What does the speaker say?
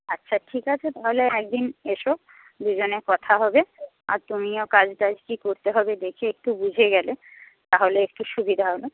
আচ্ছা ঠিক আছে তাহলে একদিন এসো দুজনে কথা হবে আর তুমিও কাজ টাজ কী করতে হবে দেখে একটু বুঝে গেলে তাহলে একটু সুবিধা হবে